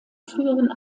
früheren